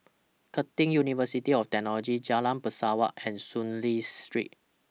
Curtin University of Technology Jalan Pesawat and Soon Lee Street